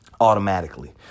Automatically